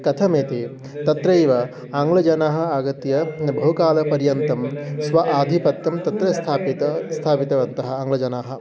कथमेति तत्रैव आङ्लजनाः आगत्य बहुकालपर्यन्तं स्व आदिपत्तं तत्र स्थापितं स्थापितवन्तः आङ्लजनाः